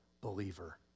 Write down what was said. believer